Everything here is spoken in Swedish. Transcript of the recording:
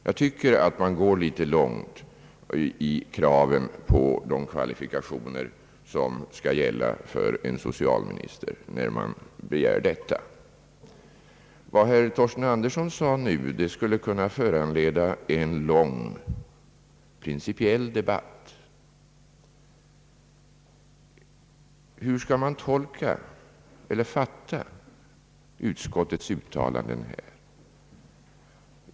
Jag tycker att man går litet för långt i kraven på de kvalifikationer som skall krävas av en socialminister, när man begär detta. Vad herr Torsten Andersson nu sade skulle kunna föranleda en lång principiell debatt. Hur skall man fatta utskottets uttalanden här?